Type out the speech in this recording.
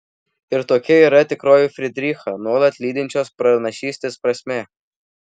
ir tokia yra tikroji frydrichą nuolat lydinčios pranašystės prasmė